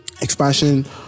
expansion